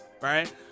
Right